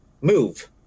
move